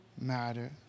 matter